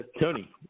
Tony